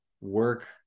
work